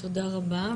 תודה רבה,